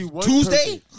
Tuesday